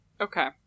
Okay